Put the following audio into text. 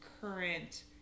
current